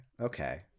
Okay